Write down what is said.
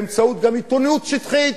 גם באמצעות עיתונות שטחית.